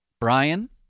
Brian